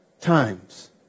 times